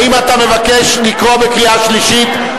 האם אתה מבקש לקרוא בקריאה שלישית?